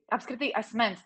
apskritai asmens